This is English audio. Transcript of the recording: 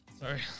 Sorry